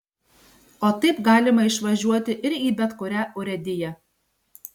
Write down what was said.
o taip galima išvažiuoti ir į bet kurią urėdiją